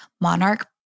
monarch